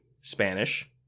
Spanish